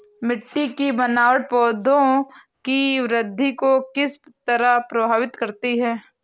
मिटटी की बनावट पौधों की वृद्धि को किस तरह प्रभावित करती है?